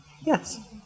Yes